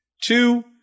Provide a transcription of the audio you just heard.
Two